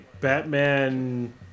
Batman